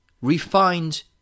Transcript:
refined